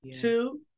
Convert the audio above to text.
Two